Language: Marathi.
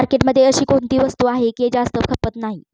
मार्केटमध्ये अशी कोणती वस्तू आहे की जास्त खपत नाही?